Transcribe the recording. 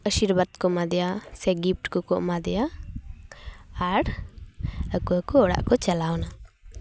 ᱟᱥᱤᱨᱵᱟᱫᱽ ᱠᱚ ᱮᱢᱟ ᱫᱮᱭᱟ ᱥᱮ ᱜᱤᱯᱷᱴ ᱠᱚᱠᱚ ᱮᱢᱟ ᱫᱮᱭᱟ ᱟᱨ ᱟᱠᱚ ᱦᱚᱠᱚ ᱚᱲᱟᱜ ᱠᱚ ᱪᱟᱞᱟᱣᱼᱱᱟ